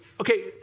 okay